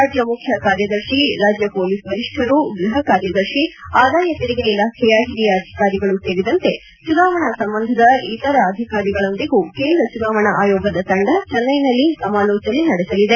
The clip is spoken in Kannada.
ರಾಜ್ಯ ಮುಖ್ಯ ಕಾರ್ಯದರ್ಶಿ ರಾಜ್ಯ ಪೊಲೀಸ್ ವರಿಷ್ಡರು ಗ್ವಹ ಕಾರ್ಯದರ್ಶಿ ಆದಾಯ ತೆರಿಗೆ ಇಲಾಖೆಯ ಹಿರಿಯ ಅಧಿಕಾರಿಗಳು ಸೇರಿದಂತೆ ಚುನಾವಣಾ ಸಂಬಂಧದ ಇತರ ಅಧಿಕಾರಿಗಳೊಂದಿಗೂ ಕೇಂದ ಚುನಾವಣಾ ಆಯೋಗದ ತಂಡ ಚೆನ್ನೈನಲ್ಲಿ ಸಮಾಲೋಚನೆ ನಡೆಸಲಿದೆ